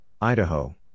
Idaho